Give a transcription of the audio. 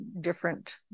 different